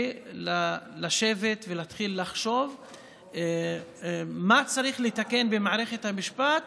ולשבת ולהתחיל לחשוב מה צריך לתקן במערכת המשפט